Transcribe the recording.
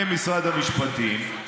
למשרד המשפטים,